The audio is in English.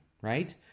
right